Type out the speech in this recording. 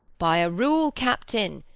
by a rule, captain,